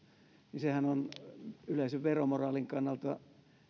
niin sehän on yleisen veromoraalin kannalta